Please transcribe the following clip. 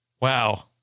Wow